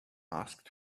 asked